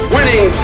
Winning